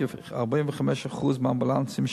כ-45% מהאמבולנסים,